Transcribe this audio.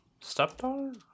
stepdaughter